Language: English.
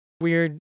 weird